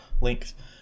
length